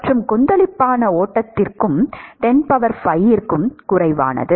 மற்றும் கொந்தளிப்பான ஓட்டத்திற்கு 105 க்கும் குறைவானது